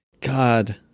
god